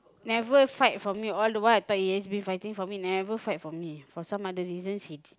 never fight for me all the while I thought he been fighting for me never fight for me for some other reason she